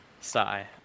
Sigh